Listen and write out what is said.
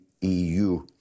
EU